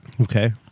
Okay